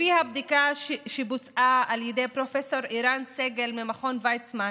לפי בדיקה שבוצעה על ידי פרופ' ערן סגל ממכון ויצמן,